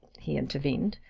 he intervened,